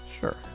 Sure